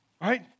right